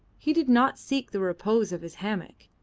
he did not seek the repose of his hammock.